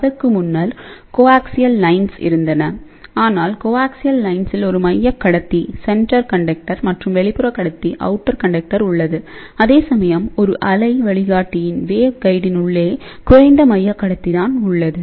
அதற்கு முன்னர் coaxial lines இருந்தன ஆனால் கோஆக்சியல் லைன்ஸில் ஒரு மையக் கடத்தி மற்றும் வெளிப்புறக் கடத்தி உள்ளது அதேசமயம் ஒரு அலை வழிகாட்டியின் உள்ளே குறைந்த மையக் கடத்தி தான் உள்ளது